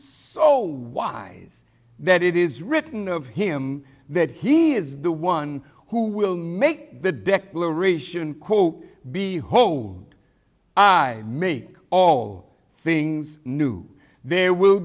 so wise that it is written of him that he is the one who will make the declaration be hoed make all things new there will